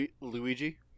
Luigi